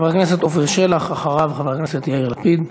חבר הכנסת עפר שלח, ואחריו, חבר הכנסת יאיר לפיד.